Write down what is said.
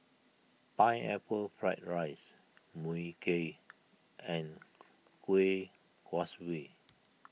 Pineapple Fried Rice Mui Kee and Kuih Kaswi